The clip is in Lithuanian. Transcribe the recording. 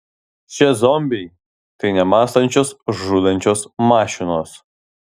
šie zombiai tai nemąstančios žudančios mašinos